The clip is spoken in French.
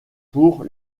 pour